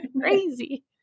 crazy